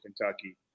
Kentucky